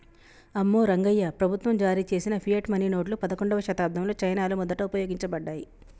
అమ్మో రంగాయ్యా, ప్రభుత్వం జారీ చేసిన ఫియట్ మనీ నోట్లు పదకండవ శతాబ్దంలో చైనాలో మొదట ఉపయోగించబడ్డాయి